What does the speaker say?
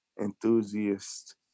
enthusiast